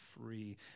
free